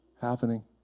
Happening